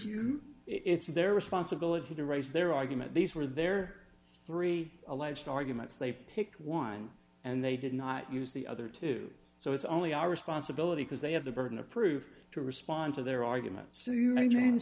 you it's their responsibility to raise their argument these were their three alleged arguments they picked one and they did not use the other two so it's only our responsibility because they have the burden of proof to respond to their arguments